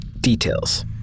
Details